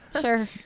sure